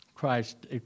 Christ